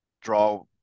draw